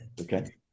Okay